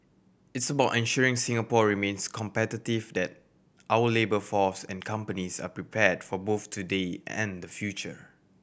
it's about ensuring Singapore remains competitive that our labour force and companies are prepared for both today and the future